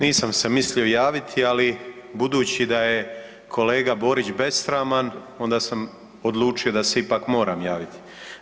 Nisam se mislio javiti, ali budući da je kolega Borić besraman onda sam odlučio da se ipak moram javiti.